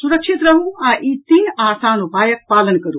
सुरक्षित रहू आ ई तीन आसान उपायक पालन करू